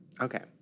Okay